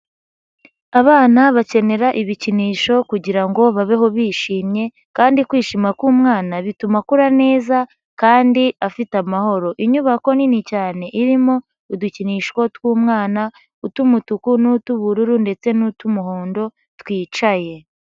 Abana bakenera ibikinisho kugira ngo babeho bishimye kandi kwishima k'umwana bituma akura neza kandi afite amahoro, inyubako nini cyane, irimo udukinisho tw'umwana, utw'umutuku n'utw'ubururu ndetse n'utw'umuhondo twicaye.